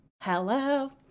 Hello